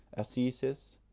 ascesis,